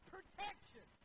Protection